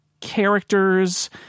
characters